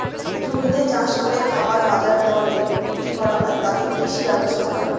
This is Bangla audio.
জমিতে চাষ করে খাবার বাজার দরে বিক্রি করা হয় তাকে কৃষি ব্যবস্থা বলে